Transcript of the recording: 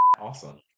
Awesome